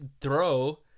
throw